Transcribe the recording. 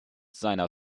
seiner